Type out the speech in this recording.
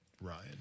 ryan